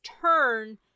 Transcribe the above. turn